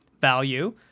value